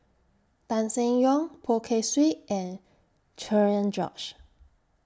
Tan Seng Yong Poh Kay Swee and Cherian George